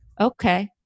okay